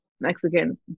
Mexican